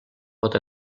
pot